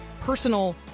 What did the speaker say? personal